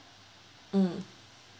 mm